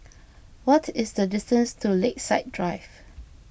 what is the distance to Lakeside Drive